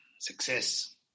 Success